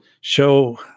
show